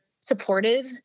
supportive